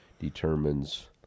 determines